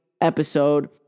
episode